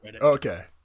Okay